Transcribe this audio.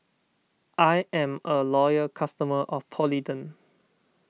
I am a loyal customer of Polident